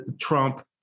Trump